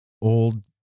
old